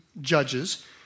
judges